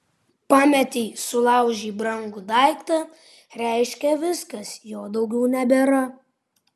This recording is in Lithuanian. pametei sulaužei brangų daiktą reiškia viskas jo daugiau nebėra